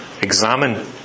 examine